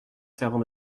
servant